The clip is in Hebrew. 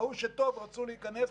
ראו שטוב, רצו להיכנס,